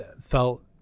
felt